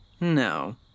No